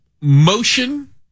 motion